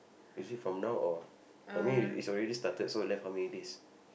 is it from now or I mean it's it's already started so left how many days